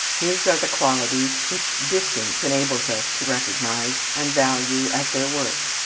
his are the qualities which distance enables us to recognize and value at their worth.